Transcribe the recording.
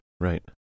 Right